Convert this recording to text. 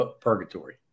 purgatory